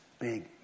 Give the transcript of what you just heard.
big